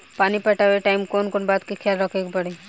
पानी पटावे टाइम कौन कौन बात के ख्याल रखे के पड़ी?